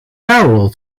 parallel